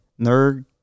nerd